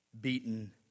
beaten